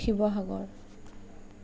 Sivasagar